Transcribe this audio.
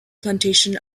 plantation